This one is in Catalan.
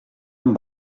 amb